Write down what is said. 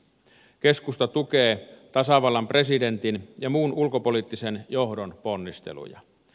keskusta tukee tasavallan presidentin ja muun ulkopoliittisen johdon ponnisteluja